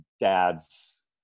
dad's